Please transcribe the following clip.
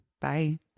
Bye